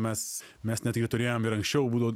mes mes net ir turėjom ir anksčiau būdavo